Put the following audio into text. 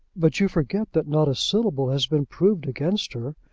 but you forget that not a syllable has been proved against her,